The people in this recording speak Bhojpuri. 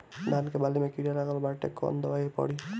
धान के बाली में कीड़ा लगल बाड़े कवन दवाई पड़ी?